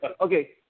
Okay